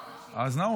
אבל החלפתי עם גלעד.